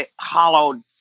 hollowed